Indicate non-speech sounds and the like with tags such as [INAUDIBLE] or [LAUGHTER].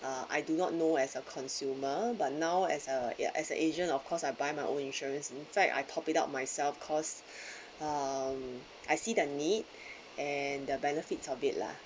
uh I do not know as a consumer but now as a ya as an agent of course I buy my own insurance in fact I pop it up myself cause [BREATH] um I see the need and the benefits of it lah